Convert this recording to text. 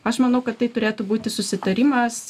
aš manau kad tai turėtų būti susitarimas